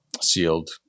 sealed